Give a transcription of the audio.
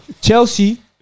Chelsea